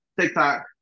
TikTok